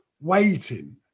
waiting